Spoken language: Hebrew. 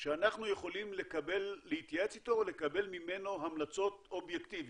שאנחנו יכולים להתייעץ איתו ולקבל ממנו המלצות אובייקטיביות.